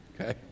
okay